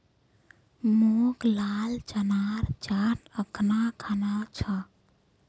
मोक लाल चनार चाट अखना खाना छ